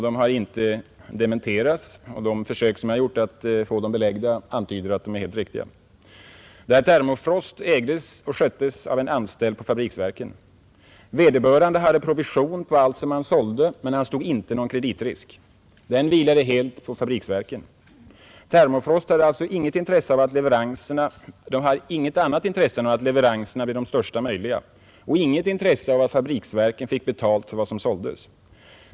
De har inte dementerats, och de försök som jag gjort att få dem belagda antyder att de är helt riktiga. Termofrost ägdes och sköttes av en anställd på Fabriksverken. Vederbörande hade provision på allt som han sålde, men han stod inte någon kreditrisk. Den vilade helt på Fabriksverken. Termofrost hade alltså inget annat intresse än att leveranserna blev de största möjliga och inget intresse av att Fabriksverken fick betalt för vad som såldes.